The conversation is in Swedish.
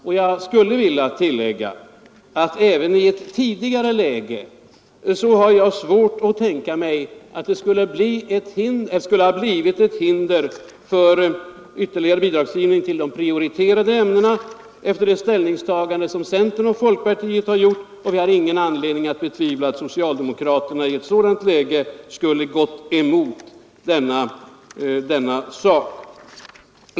Och jag har svårt att tänka mig, att det ens i ett tidigare läge skulle ha blivit något hinder för ytterligare bidragsgivning till dessa ämnen efter det ställningstagande som centern och folkpartiet gjort. Vi har ingen anledning att betvivla att socialdemokraterna i en sådan situation skulle ha gått emot denna sak.